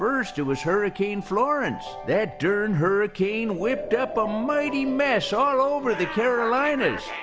first it was hurricane florence. that darn hurricane whipped up a mighty mess all over the carolinas.